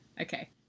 okay